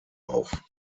auf